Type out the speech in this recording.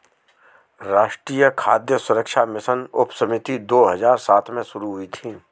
राष्ट्रीय खाद्य सुरक्षा मिशन उपसमिति दो हजार सात में शुरू हुई थी